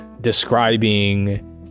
describing